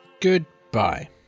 Goodbye